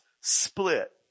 split